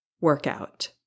workout